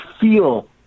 feel